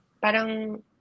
parang